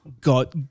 got